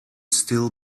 still